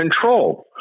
control